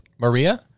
Maria